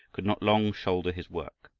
could not long shoulder his work.